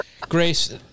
Grace